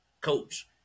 coach